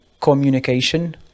communication